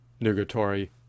nugatory